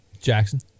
Jackson